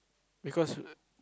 because